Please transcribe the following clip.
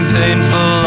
painful